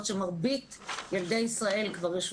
עלו מספר הפניות למרכזי הסיוע השונים ב-20%.